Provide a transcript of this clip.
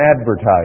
advertise